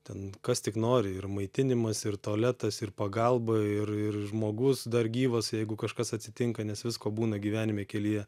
ten kas tik nori ir maitinimas ir tualetas ir pagalba ir ir žmogus dar gyvas jeigu kažkas atsitinka nes visko būna gyvenime kelyje